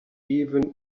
even